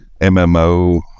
MMO